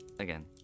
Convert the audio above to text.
Again